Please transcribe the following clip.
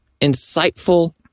insightful